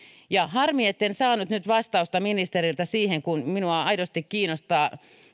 harmi etten saanut vastausta ministeriltä siihen kun minua aidosti kiinnostaa